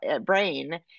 brain